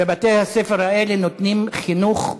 ובתי-הספר האלה נותנים חינוך מעולה.